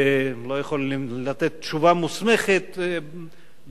לא יכולים לתת תשובה מוסמכת בעניין,